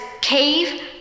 cave